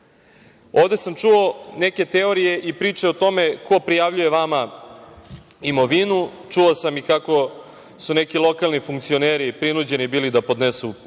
sam čuo neke teorije i priče o tome ko prijavljuje vama imovinu. Čuo sam i kako su neki lokalni funkcioneri prinuđeni bili da podnesu ostavke.